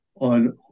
on